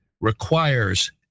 requires